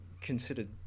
considered